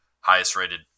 highest-rated